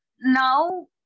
now